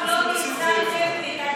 עד עכשיו לא ניצלתם את התקציב הראשון,